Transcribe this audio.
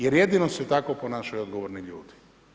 Jer jedino se tako ponašaju odgovorni ljudi.